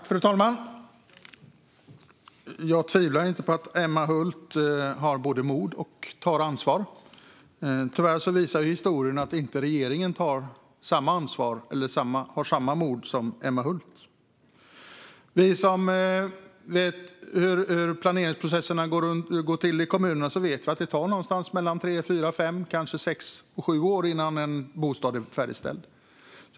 Fru talman! Jag tvivlar inte på att Emma Hult både har mod och tar ansvar. Tyvärr visar historien att regeringen inte har samma mod eller tar samma ansvar som Emma Hult. Vi som vet hur planeringsprocesserna går till i kommunerna vet att det tar runt tre, fyra eller fem och kanske sex eller sju år innan en bostad är färdigställd.